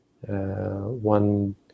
one